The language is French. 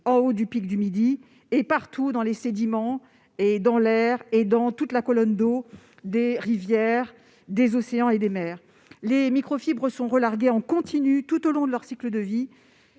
en haut du Pic du Midi, dans les sédiments, dans l'air et dans toute la colonne d'eau des rivières, des océans et des mers. Les microfibres sont « relarguées » en continu, tout au long de leur cycle de vie,